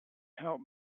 help